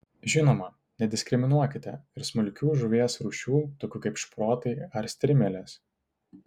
žinoma nediskriminuokite ir smulkių žuvies rūšių tokių kaip šprotai ar strimelės